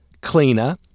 cleaner